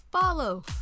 Follow